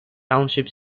township